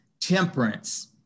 temperance